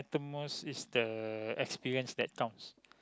the most is the experience that counts